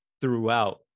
throughout